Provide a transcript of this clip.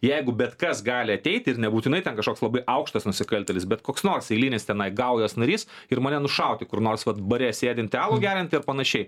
jeigu bet kas gali ateiti ir nebūtinai ten kažkoks labai aukštas nusikaltėlis bet koks nors eilinis tenai gaujos narys ir mane nušauti kur nors vat bare sėdintį alų geriantį ar panašiai